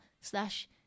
slash